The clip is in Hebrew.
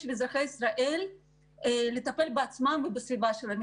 של אזרחי ישראל לטפל בעצמם ובסביבה שלהם.